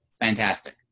fantastic